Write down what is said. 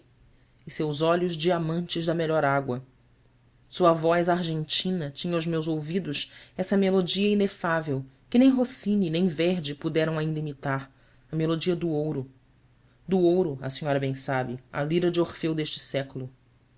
e seus olhos diamantes da melhor água sua voz argentina tinha aos meus ouvidos essa melodia inefável que nem rossini nem verdi puderam ainda imitar a melodia do ouro do ouro a senhora bem sabe a lira de orfeu deste século